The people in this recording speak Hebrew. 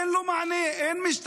אין לו מענה, אין משטרה.